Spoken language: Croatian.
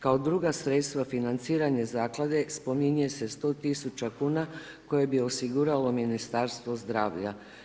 Kao druga sredstva financiranja Zaklada spominje se 100 tisuća kuna koji bi osiguralo Ministarstvo zdravlja.